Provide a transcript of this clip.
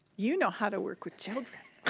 you know how to work with children.